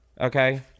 Okay